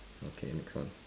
okay next one